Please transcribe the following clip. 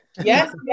Yes